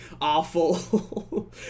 awful